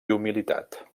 humilitat